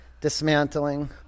dismantling